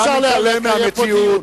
אתה מתעלם מהמציאות.